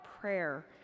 prayer